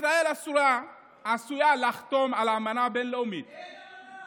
ישראל עשויה לחתום על אמנה בין-לאומית -- אין אמנה